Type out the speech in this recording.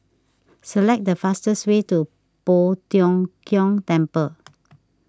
select the fastest way to Poh Tiong Kiong Temple